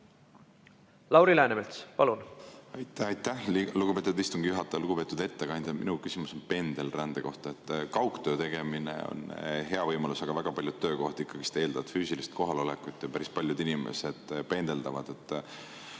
Lauri Läänemets, palun! Aitäh, lugupeetud istungi juhataja! Lugupeetud ettekandja! Minu küsimus on pendelrände kohta. Kaugtöö tegemine on hea võimalus, aga väga paljud töökohad eeldavad ikkagi füüsilist kohalolekut ja päris paljud inimesed pendeldavad.